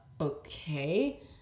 okay